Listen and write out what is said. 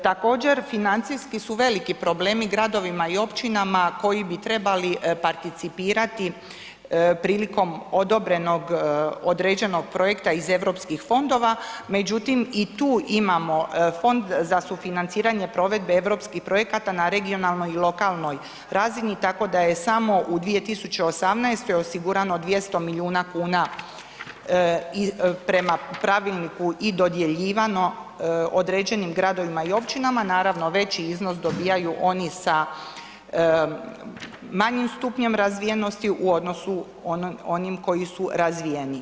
Također financijski su veliki problemi gradovima i općinama koji bi trebali participirati prilikom odobrenog određenog projekta iz Europskih fondova, međutim, i tu imamo Fond za sufinanciranje provedbe europskih projekata na regionalnoj i lokalnoj razini, tako da je samo u 2018. osigurano 200 milijuna kuna prema pravilniku i dodjeljivano određenim gradovima i općinama, naravno, veći iznos dobijaju oni sa manjim stupnjem razvijenosti u odnosu onim koji su razvijeniji.